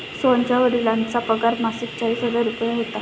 सोहनच्या वडिलांचा पगार मासिक चाळीस हजार रुपये होता